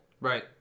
Right